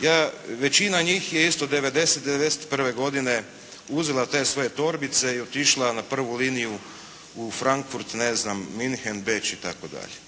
ja, većina njih je isto 90.-te, 91. godine uzela te svoje torbice i otišla na prvu liniju u Frankfurt, ne znam, Munchen, Beč i tako dalje.